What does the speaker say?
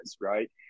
right